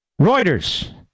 Reuters